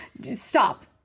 Stop